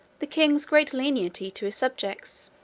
the king's great lenity to his subjects.